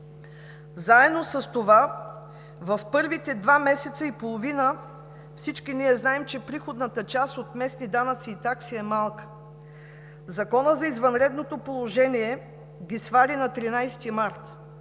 власти, в първите два месеца и половина – всички ние знаем, че приходната част от местни данъци и такси е малка. Законът за извънредното положение ги свари на 13 март,